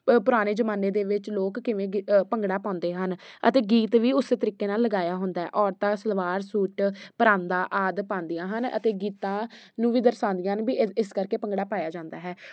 ਪ ਪੁਰਾਣੇ ਜ਼ਮਾਨੇ ਦੇ ਵਿੱਚ ਲੋਕ ਕਿਵੇਂ ਗਿ ਭੰਗੜਾ ਪਾਉਂਦੇ ਹਨ ਅਤੇ ਗੀਤ ਵੀ ਉਸ ਤਰੀਕੇ ਨਾਲ ਲਗਾਇਆ ਹੁੰਦਾ ਔਰਤਾਂ ਸਲਵਾਰ ਸੂਟ ਪਰਾਂਦਾ ਆਦਿ ਪਾਉਂਦੀਆਂ ਹਨ ਅਤੇ ਗੀਤਾਂ ਨੂੰ ਵੀ ਦਰਸਾਉਂਦੀਆਂ ਹਨ ਵੀ ਇਸ ਕਰਕੇ ਭੰਗੜਾ ਪਾਇਆ ਜਾਂਦਾ ਹੈ